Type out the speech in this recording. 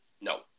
No